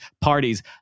parties